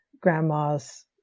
grandmas